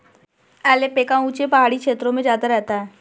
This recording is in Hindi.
ऐल्पैका ऊँचे पहाड़ी क्षेत्रों में ज्यादा रहता है